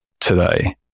today